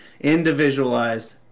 individualized